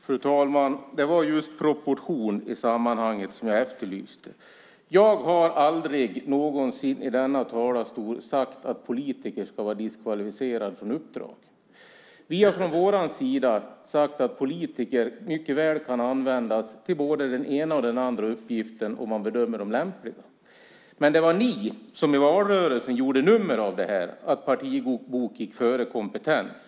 Fru talman! Det var just proportion i sammanhanget som jag efterlyste. Jag har aldrig någonsin i denna talarstol sagt att politiker ska vara diskvalificerade från uppdrag. Vi har från vår sida sagt att politiker mycket väl kan användas till både den ena och den andra uppgiften om man bedömer att de är lämpliga. Men det var ni som i valrörelsen gjorde ett nummer av att partibok gick före kompetens.